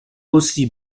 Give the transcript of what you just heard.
aussi